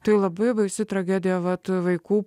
tai labai baisi tragedija vat vaikų